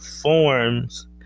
forms